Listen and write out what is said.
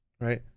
right